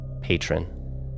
patron